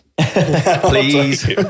Please